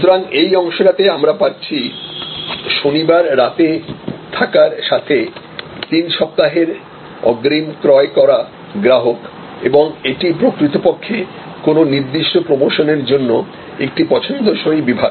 সুতরাং এই অংশটাতে আমরা পাচ্ছি শনিবার রাতে থাকার সাথে তিন সপ্তাহের অগ্রিম ক্রয় করা গ্রাহক এবং এটি প্রকৃতপক্ষে কোনও নির্দিষ্ট প্রমোশনের জন্য একটি পছন্দসই বিভাগ